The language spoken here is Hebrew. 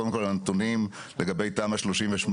קודם כל הנתונים לגבי תמ"א 38,